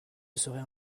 seraient